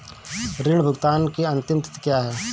ऋण भुगतान की अंतिम तिथि क्या है?